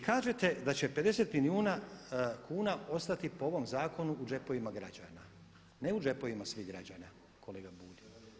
I kažete da će 50 milijuna kuna ostati po ovom zakonu u džepovima građana, ne u džepovima svih građana kolega Bulj.